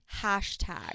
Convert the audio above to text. hashtag